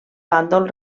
bàndol